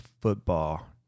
football